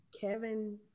Kevin